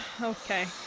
Okay